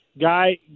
Guy